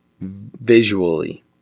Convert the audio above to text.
visually